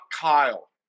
Kyle